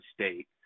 state